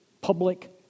public